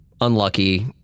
unlucky